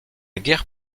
guerre